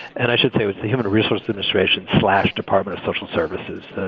and i should say, with the human resources administration slash department of social services,